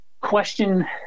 question